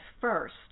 first